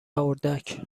اردک